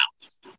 house